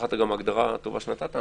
תחת ההגדרה הטובה שנתת,